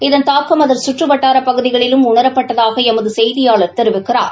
இதன் தாக்கம் அதன் சுற்று வட்டார பகுதிகளிலும் உணரப்பட்டதாக எமது செய்தியாளர் தெரிவிக்கிறார்